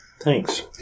Thanks